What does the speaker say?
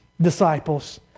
disciples